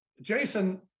Jason